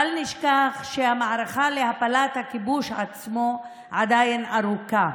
בל נשכח שהמערכה להפלת הכיבוש עצמו עדיין ארוכה.